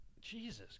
Jesus